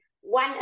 One